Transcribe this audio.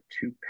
two